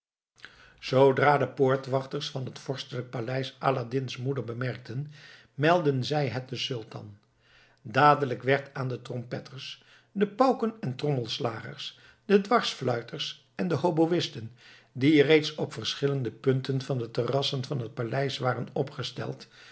zoodra de poortwachters van het vorstelijk paleis aladdin's moeder bemerkten meldden zij het den sultan dadelijk werd aan de trompetters de pauken en trommelslagers de dwarsfluiters en de hoboïsten die reeds op verschillende punten van de terrassen van het paleis waren opgesteld